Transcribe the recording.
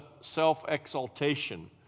self-exaltation